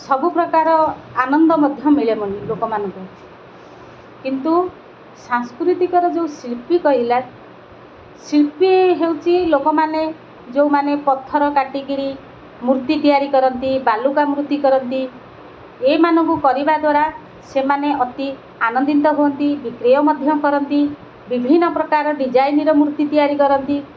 ସବୁପ୍ରକାର ଆନନ୍ଦ ମଧ୍ୟ ମିଳେ ଲୋକମାନଙ୍କୁ କିନ୍ତୁ ସାଂସ୍କୃତିକର ଯୋଉ ଶିଳ୍ପୀ କହିଲା ଶିଳ୍ପୀ ହେଉଛି ଲୋକମାନେ ଯୋଉମାନେ ପଥର କାଟିକିରି ମୂର୍ତ୍ତି ତିଆରି କରନ୍ତି ବାଲୁକା ମୂର୍ତ୍ତି କରନ୍ତି ଏମାନଙ୍କୁ କରିବା ଦ୍ୱାରା ସେମାନେ ଅତି ଆନନ୍ଦିତ ହୁଅନ୍ତି ବିକ୍ରିୟ ମଧ୍ୟ କରନ୍ତି ବିଭିନ୍ନ ପ୍ରକାର ଡିଜାଇନିର ମୂର୍ତ୍ତି ତିଆରି କରନ୍ତି